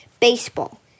baseball